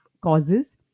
causes